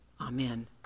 Amen